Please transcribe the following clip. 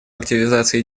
активизации